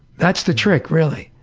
that's the trick, really,